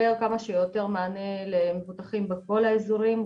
כמה שיותר מענה למבוטחים בכל האזורים,